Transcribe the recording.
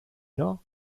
know